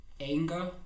anger